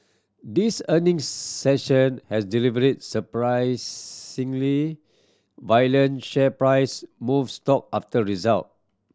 this earnings session has delivery surprisingly violent share price moves stock after result